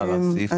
הלאה, סעיף הבא.